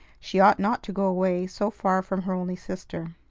she ought not to go away so far from her only sister.